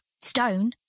Stone